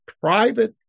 private